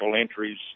entries